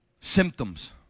Symptoms